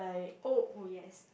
oh yes